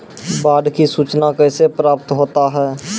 बाढ की सुचना कैसे प्राप्त होता हैं?